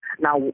Now